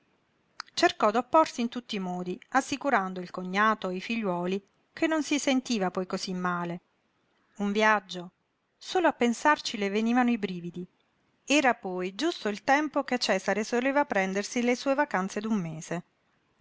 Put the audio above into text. sollecitudine cercò d'opporsi in tutti i modi assicurando il cognato e i figliuoli che non si sentiva poi cosí male un viaggio solo a pensarci le venivano i brividi era poi giusto il tempo che cesare soleva prendersi le sue vacanze d'un mese